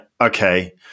okay